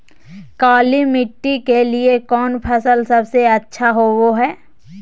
काली मिट्टी के लिए कौन फसल सब से अच्छा होबो हाय?